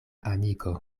amiko